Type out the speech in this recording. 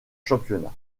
championnat